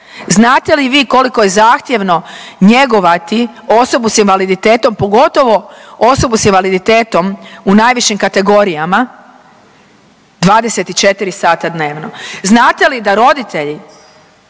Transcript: Znate li vi koliko je zahtjevno njegovati osobu s invaliditetom pogotovo osobu sa invaliditetom u najvišim kategorijama 24 sata dnevno. Znate li da roditelji